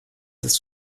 ist